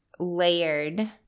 layered